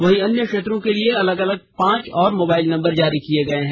वहीं अन्य क्षेत्रों के लिए अलग अलग पांच और मोबाइल नम्बर जारी किए गए हैं